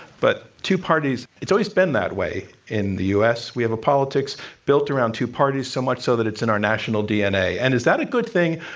but two parties, it's always been that way. in the u. s, we have a politics built around two parties, so much so that it's in our national dna. and is that a good thing?